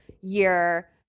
year